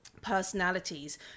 personalities